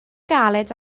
galed